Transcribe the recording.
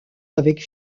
avec